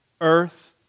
earth